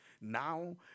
now